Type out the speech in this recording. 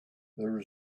there